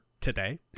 today